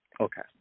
Okay